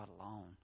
alone